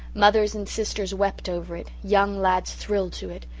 mothers and sisters wept over it, young lads thrilled to it,